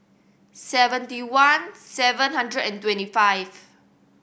seventy one seven hundred and twenty five